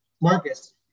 Marcus